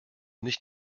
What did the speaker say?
nicht